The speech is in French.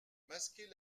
masquer